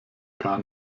gar